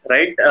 Right